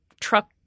truck